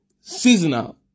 seasonal